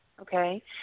Okay